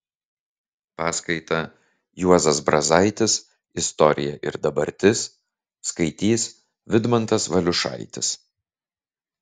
paskaitą juozas brazaitis istorija ir dabartis skaitys vidmantas valiušaitis